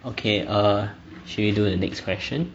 okay err should we do the next question